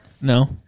No